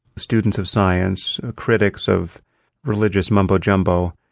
students of science, ah critics of religious mumbo jumbo,